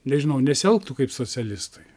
nežinau nesielgtų kaip socialistai